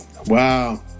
wow